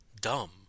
dumb